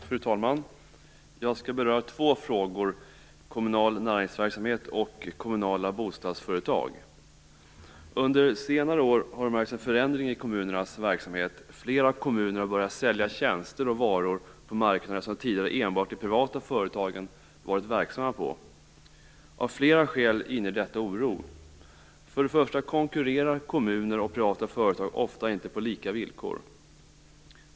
Fru talman! Jag skall beröra två frågor, kommunal näringsverksamhet och kommunala bostadsföretag. Under senare år har det märkts en förändring i kommunernas verksamhet. Flera kommuner har börjat sälja tjänster och varor på marknader som tidigare enbart de privata företagen var verksamma på. Av flera skäl inger detta oro. För det första konkurrerar kommuner och privata företag ofta inte på lika villkor.